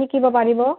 শিকিব পাৰিব